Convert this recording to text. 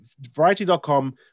variety.com